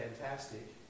fantastic